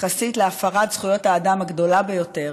לעומת הפרת זכויות האדם הגדולה ביותר,